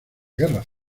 guerras